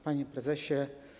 Panie Prezesie!